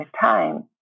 time